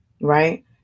right